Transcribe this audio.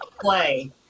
play